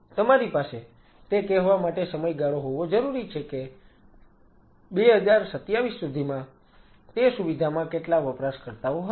તેથી તમારી પાસે તે કહેવા માટે સમયગાળો હોવો જરૂરી છે કે 2027 સુધીમાં તે સુવિધામાં કેટલા વપરાશકર્તાઓ હશે